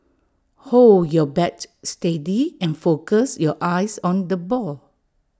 hold your bat steady and focus your eyes on the ball